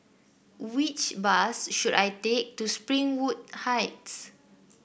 which bus should I take to Springwood Heights